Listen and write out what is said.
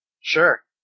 Sure